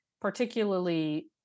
particularly